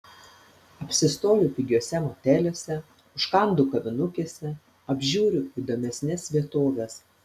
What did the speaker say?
apsistoju pigiuose moteliuose užkandu kavinukėse apžiūriu įdomesnes vietoves